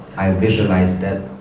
i visualized that,